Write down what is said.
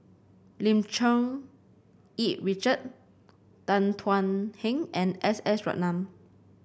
Lim Cherng Yih Richard Tan Thuan Heng and S S Ratnam